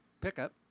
pickup